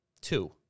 two